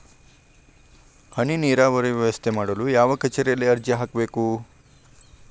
ಹನಿ ನೇರಾವರಿ ವ್ಯವಸ್ಥೆ ಮಾಡಲು ಯಾವ ಕಚೇರಿಯಲ್ಲಿ ಅರ್ಜಿ ಹಾಕಬೇಕು?